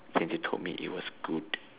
twenty told me it was good